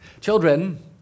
Children